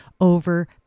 over